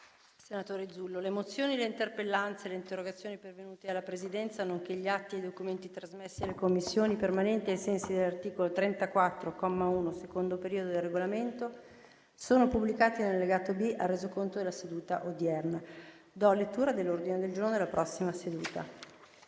finestra"). Le mozioni, le interpellanze e le interrogazioni pervenute alla Presidenza, nonché gli atti e i documenti trasmessi alle Commissioni permanenti ai sensi dell'articolo 34, comma 1, secondo periodo, del Regolamento sono pubblicati nell'allegato B al Resoconto della seduta odierna. **Ordine del giorno per la seduta